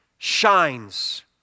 Shines